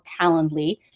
Calendly